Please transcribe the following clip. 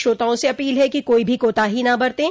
श्रोताओं से अपील है कि कोई भी कोताही न बरतें